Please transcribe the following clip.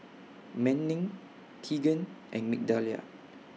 Manning Kegan and Migdalia